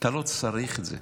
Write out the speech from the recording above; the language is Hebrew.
אתה לא צריך את זה.